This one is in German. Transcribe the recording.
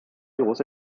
große